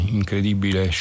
incredibile